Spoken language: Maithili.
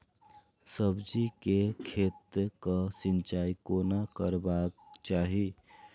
सब्जी के खेतक सिंचाई कोना करबाक चाहि?